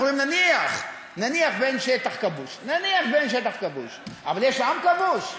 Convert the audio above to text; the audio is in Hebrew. נניח שאין שטח כבוש, אבל יש עם כבוש.